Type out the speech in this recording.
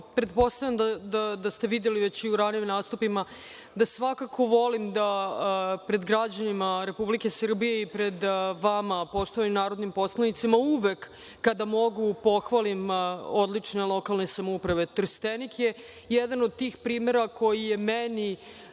pretpostavljam da ste videli već i u ranijim nastupima, da svakako volim da pred građanima Republike Srbije i pred vama, poštovanim narodnim poslanicima, uvek kada mogu pohvalim odlične lokalne samouprave. Trstenik je jedan od tih primera koji je meni